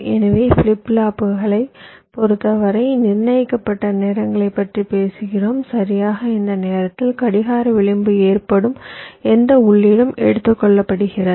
எனவே ஃபிளிப் ஃப்ளாப்புகளைப் பொறுத்தவரையில் நிர்ணயிக்கப்பட்ட நேரங்களைப் பற்றி பேசுகிறோம் சரியாக இந்த நேரத்தில் கடிகார விளிம்பு ஏற்படும் எந்த உள்ளீடும் எடுத்துக்கொள்ளப்படுகிறது